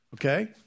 Okay